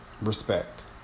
respect